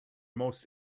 most